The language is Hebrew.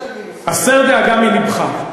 יש לנו, הסר דאגה מלבך,